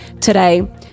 today